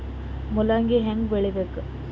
ಮೂಲಂಗಿ ಹ್ಯಾಂಗ ಬೆಳಿಬೇಕು?